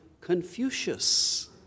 Confucius